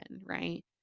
right